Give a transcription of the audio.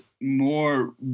more